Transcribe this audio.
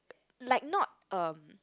like not um